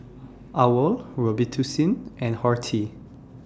OWL Robitussin and Horti